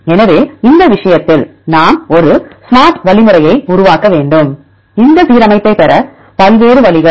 எனவே இந்த விஷயத்தில் நாம் ஒரு ஸ்மார்ட் வழிமுறையை உருவாக்க வேண்டும் இந்த சீரமைப்பைப் பெற பல்வேறு வழிகள்